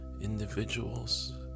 individuals